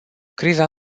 criza